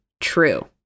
true